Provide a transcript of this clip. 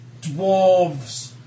Dwarves